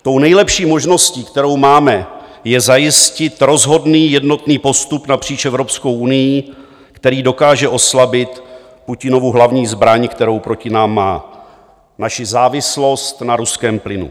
Tou nejlepší možností, kterou máme, je zajistit rozhodný jednotný postup napříč Evropskou unií, který dokáže oslabit Putinovu hlavní zbraň, kterou proti nám má, naši závislost na ruském plynu.